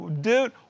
Dude